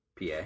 PA